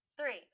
three